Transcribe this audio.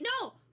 no